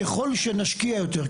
ככל שנשקיע יותר,